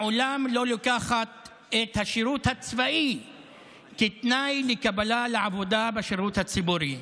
לעולם לא לוקחת את השירות הצבאי כתנאי לקבלה לעבודה בשירות הציבורי.